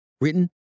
Written